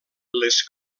les